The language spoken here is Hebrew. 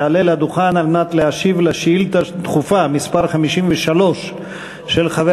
יעלה לדוכן על מנת להשיב על שאילתה דחופה מס' 53 של חבר